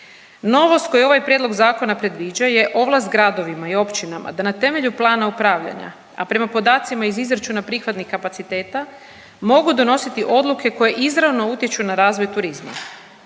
Novost koju ovaj prijedlog zakona predviđa je ovlast gradovima i općinama da na temelju plana upravljanja, a prema podacima iz izračuna prihvatnih kapaciteta, mogu donositi odluke koje izravno utječu na razvoj turizma.